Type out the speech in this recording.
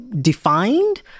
defined